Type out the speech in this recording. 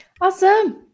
Awesome